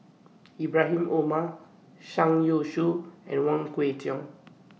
Ibrahim Omar Zhang Youshuo and Wong Kwei Cheong